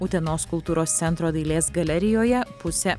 utenos kultūros centro dailės galerijoje pusę